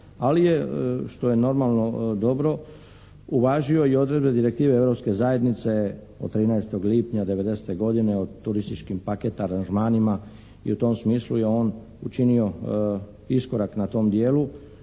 ali je što je normalno dobro uvažio i odredbe direktive Europske zajednice od 13. lipnja '90. godine o turističkim paket aranžmanima i u tom smislu je on učinio iskorak na tom dijelu